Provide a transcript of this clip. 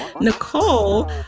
Nicole